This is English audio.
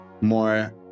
more